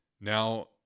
Now